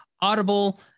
Audible